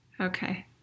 Okay